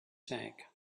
tank